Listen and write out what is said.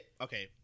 okay